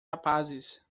rapazes